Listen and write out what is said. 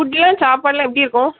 ஃபுட்டெலாம் சாப்பாடெலாம் எப்படி இருக்கும்